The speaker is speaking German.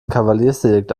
kavaliersdelikt